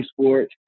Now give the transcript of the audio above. sports